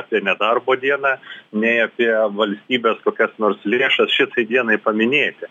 apie nedarbo dieną nei apie valstybės kokias nors lėšas šitai dienai paminėti